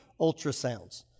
ultrasounds